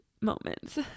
moments